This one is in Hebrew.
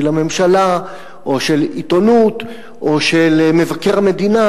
לממשלה או של עיתונות או של מבקר המדינה,